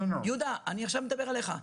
עכשיו אני מדבר עליך.